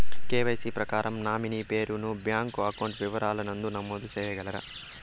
KYC ప్రకారం nominee పేరు ను బ్యాంకు అకౌంట్ వివరాల నందు నమోదు సేయగలరా?